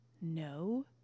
No